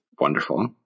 Wonderful